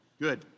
Good